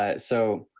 ah so,